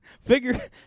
Figure